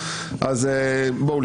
אז בואו,